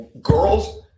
Girls